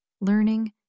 learning